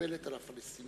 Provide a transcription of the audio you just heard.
מקובלת על הפלסטינים?